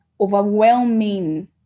overwhelming